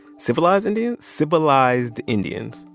civilized indians? civilized indians.